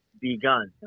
begun